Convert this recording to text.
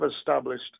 established